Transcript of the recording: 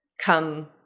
come